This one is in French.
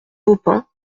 baupin